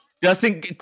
Justin